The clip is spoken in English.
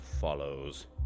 follows